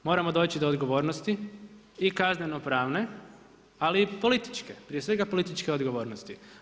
Moramo doći do odgovornosti i kazneno pravne, ali i političke, prije svega političke odgovornosti.